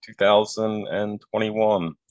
2021